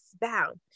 bound